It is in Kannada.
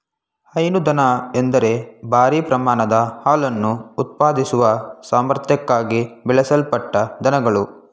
ಹೈನು ದನ ಎಂದರೆ ಭಾರೀ ಪ್ರಮಾಣದ ಹಾಲನ್ನು ಉತ್ಪಾದಿಸುವ ಸಾಮರ್ಥ್ಯಕ್ಕಾಗಿ ಬೆಳೆಸಲ್ಪಟ್ಟ ದನಗಳು